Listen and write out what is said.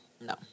No